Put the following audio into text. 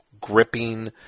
gripping